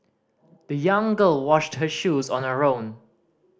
the young girl washed her shoes on the own